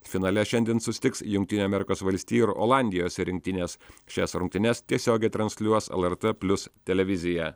finale šiandien susitiks jungtinių amerikos valstijų ir olandijos rinktinės šias rungtynes tiesiogiai transliuos lrt plius televizija